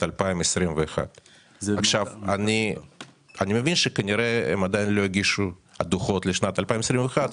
2021. אני מבין שכנראה הן עדיין לא הגישו דוחות לשנת 2021,